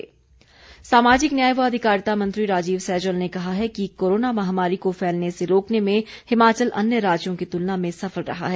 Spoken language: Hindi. राजीव सैजल सामाजिक न्याय व अधिकारिता मंत्री राजीव सैजल ने कहा है कि कोरोना महामारी को फैलने से रोकने में हिमाचल अन्य राज्यों की तुलना में सफल रहा है